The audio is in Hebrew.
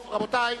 טוב, רבותי,